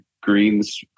greens